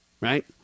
right